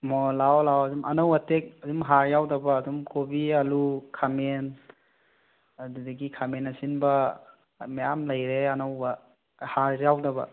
ꯑꯣ ꯂꯥꯛꯑꯣ ꯂꯥꯛꯑꯣ ꯁꯨꯝ ꯑꯅꯧ ꯑꯇꯦꯛ ꯑꯗꯨꯝ ꯍꯥꯔ ꯌꯥꯎꯗꯕ ꯑꯗꯨꯝ ꯀꯣꯕꯤ ꯑꯥꯜꯂꯨ ꯈꯥꯃꯦꯟ ꯑꯗꯨꯗꯒꯤ ꯈꯥꯃꯦꯟ ꯑꯁꯤꯟꯕ ꯃꯌꯥꯝ ꯂꯩꯔꯦ ꯑꯅꯧꯕ ꯍꯥꯔ ꯌꯥꯎꯗꯕ